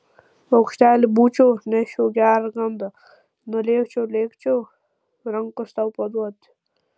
paukštelė būčiau neščiau gerą gandą nulėkčiau lėkčiau rankos tau paduoti